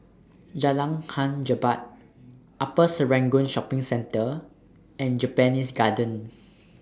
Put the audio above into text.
Jalan Hang Jebat Upper Serangoon Shopping Centre and Japanese Garden